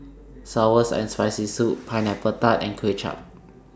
Sour and Spicy Soup Pineapple Tart and Kway Chap